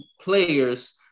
players